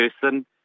person